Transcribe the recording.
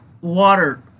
water